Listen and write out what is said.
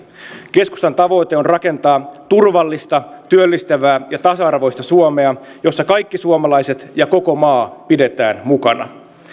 keskustan tavoite on rakentaa turvallista työllistävää ja tasa arvoista suomea jossa kaikki suomalaiset ja koko maa pidetään mukana